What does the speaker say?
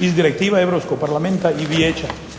iz direktive Europskog parlamenta i Vijeća.